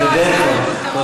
תודה.